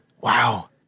Wow